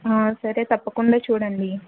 సరే తప్పకుండా చూడండి